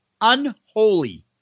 Unholy